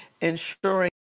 ensuring